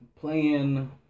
playing